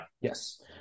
yes